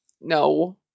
No